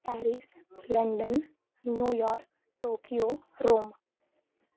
Paris London New York Tokyo Rome